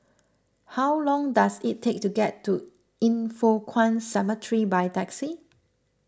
how long does it take to get to Yin Foh Kuan Cemetery by taxi